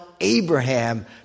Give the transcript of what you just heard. Abraham